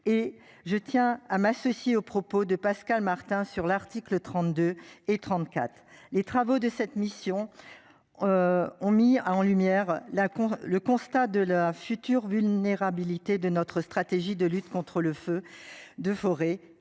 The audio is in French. je tiens à m'associer aux propos de Pascal Martin sur l'article 32 et 34, les travaux de cette mission. Ont mis en lumière la le constat de la future vulnérabilité de notre stratégie de lutte contre le feu de forêt